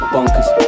Bonkers